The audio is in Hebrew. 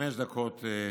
בחמש דקות,